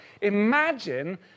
imagine